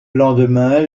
lendemain